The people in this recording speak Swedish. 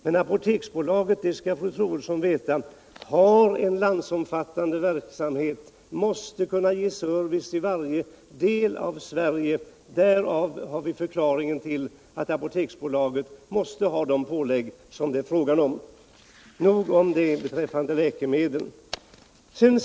Men Apoteksbolaget — det skall fru Troedsson veta — har en landsomfattande verksamhet och måste kunna ge service till varje del av Sverige. Där har vi förklaringen till att Apoteksbolaget måste göra de pålägg som det är frågan om. Nog om det beträffande läkemedel.